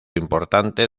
importante